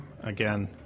Again